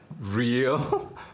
real